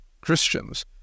Christians